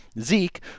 Zeke